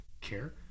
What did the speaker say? care